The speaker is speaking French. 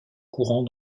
courants